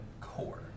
core